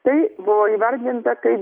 tai buvo įvardinta kaip